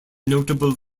notable